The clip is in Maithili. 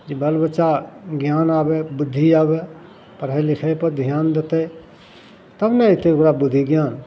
जे बालबच्चा ज्ञान आबै बुद्धि आबै पढ़ै लिखैपर धिआन देतै तब ने अएतै ओकरा बुद्धि ज्ञान